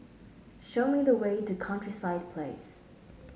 show me the way to Countryside Place